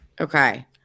Okay